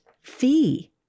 fee